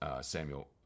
Samuel